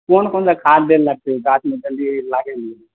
कोन कोनसा खाद दय लेल लगतै गाछमे जल्दी लागय